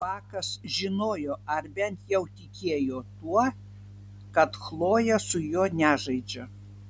bakas žinojo ar bent jau tikėjo tuo kad chlojė su juo nežaidžia